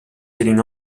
seating